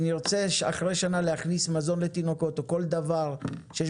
אם נרצה אחרי שנה להכניס מזון לתינוקות או כל דבר שיש